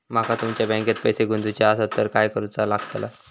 माका तुमच्या बँकेत पैसे गुंतवूचे आसत तर काय कारुचा लगतला?